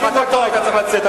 גם אתה היית צריך לצאת.